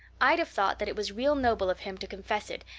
i'd have thought that it was real noble of him to confess it,